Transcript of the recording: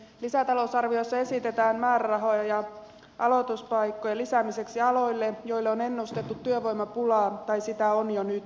lisätalousarviossa esitetään määrärahoja aloituspaikkojen lisäämiseksi aloille joille on ennustettu työvoimapulaa tai sitä on jo nyt